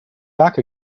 back